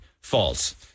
false